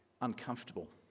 Uncomfortable